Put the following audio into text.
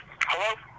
hello